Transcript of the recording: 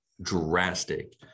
drastic